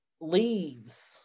leaves